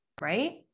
right